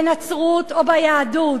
בנצרות או ביהדות.